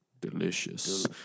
Delicious